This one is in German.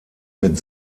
mit